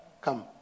come